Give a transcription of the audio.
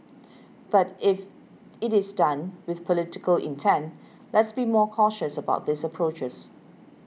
but if it is done with political intent let's be more cautious about these approaches